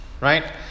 right